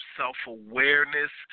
self-awareness